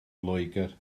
loegr